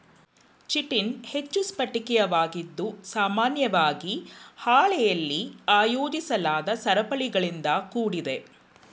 chitin ಹೆಚ್ಚು ಸ್ಫಟಿಕೀಯವಾಗಿದ್ದು ಸಾಮಾನ್ಯವಾಗಿ ಹಾಳೆಲಿ ಆಯೋಜಿಸಲಾದ ಸರಪಳಿಗಳಿಂದ ಕೂಡಿದೆ